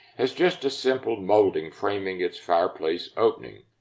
has just a simple molding framing its fireplace opening,